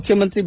ಮುಖ್ಯಮಂತ್ರಿ ಬಿ